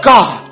God